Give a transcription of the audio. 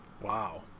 Wow